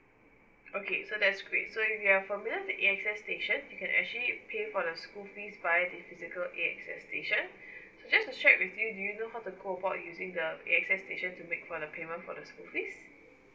okay so that's great so if you are familiar with the A_X_S station you can actually pay for the school fees via the physical A_X_S station so just to check with you do you know how to go about using the A_X_S station to make for the payment for the school fees